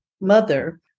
mother